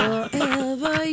Forever